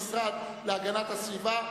המשרד להגנת הסביבה,